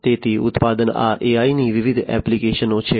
તેથી ઉત્પાદન આ AIની વિવિધ એપ્લિકેશનો છે